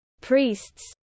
priests